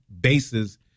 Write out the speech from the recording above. bases